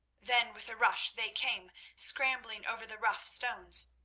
then with a rush they came, scrambling over the rough stones.